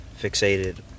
fixated